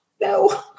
no